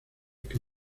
que